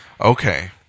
Okay